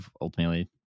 ultimately